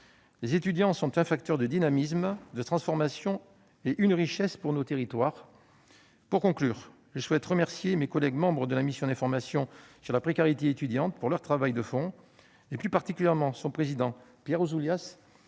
Les étudiants sont un facteur de dynamisme et de transformation, et une richesse pour nos territoires. Pour conclure, je souhaite remercier mes collègues membres de la mission d'information « Conditions de la vie étudiante en France » pour leur travail de fond, et plus particulièrement son président Pierre Ouzoulias